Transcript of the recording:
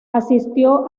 asistió